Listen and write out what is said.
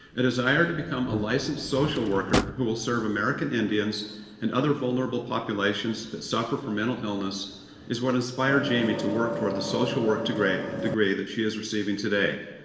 a desire to become a licensed social worker who will serve american indians and other vulnerable populations that suffer from mental illness is what inspired jamie to work toward the social work degree degree that she is receiving today.